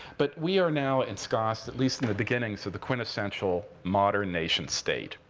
but we are now ensconced, at least in the beginnings, of the quintessential modern nation state.